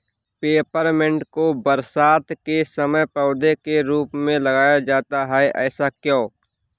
Peppermint को बरसात के समय पौधे के रूप में लगाया जाता है ऐसा क्यो?